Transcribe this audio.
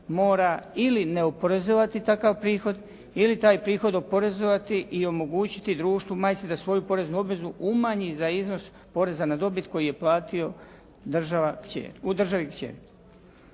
mora ili ne oporezivati takav prihod, ili taj prihod oporezovati i omogućiti društvu majci da svoju poreznu obvezu umanji za iznos poreza na dobit koju je platio u državi kćer.